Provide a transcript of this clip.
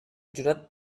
jurat